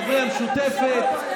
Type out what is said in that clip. חברי המשותפת,